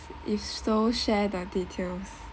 share their details